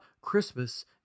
Christmas